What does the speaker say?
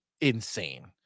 insane